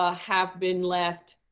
ah have been left